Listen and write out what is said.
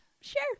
Sure